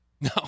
No